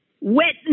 witness